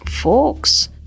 forks